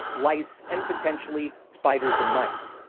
lice, and potentially spiders and mice.